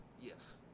Yes